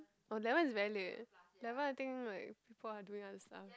oh that one is very late the one I think like people are doing our stuff